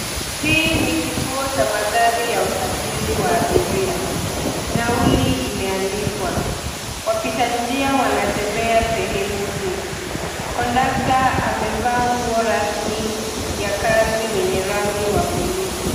Hii ni kituo ya magari ya usafiri wa abiria. Nauli imeandikwa. Wapita njia wanatembea sehemu hii. conductor amevaa nguo rasmi ya kazi wenye rangi wa blue .